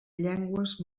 llengües